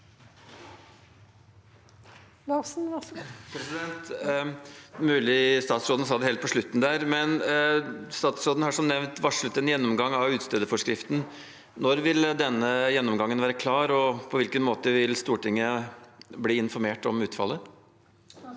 statsråden har som nevnt varslet en gjennomgang av utstederforskriften. Når vil denne gjennomgangen være klar, og på hvilken måte vil Stortinget bli informert om utfallet?